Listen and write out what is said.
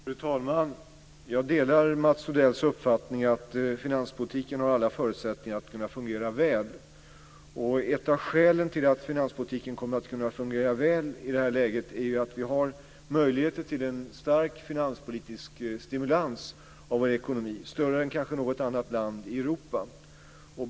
Fru talman! Jag delar Mats Odells uppfattning att finanspolitiken har alla förutsättningar att kunna fungera väl. Ett av skälen till att finanspolitiken kommer att kunna fungera väl i det här läget är att vi har möjligheter till en stark finanspolitisk stimulans av vår ekonomi. Den är kanske större än i något annat land i Europa.